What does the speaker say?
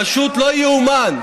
פשוט לא ייאמן.